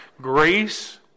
Grace